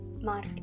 Mark